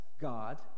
God